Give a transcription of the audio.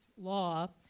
law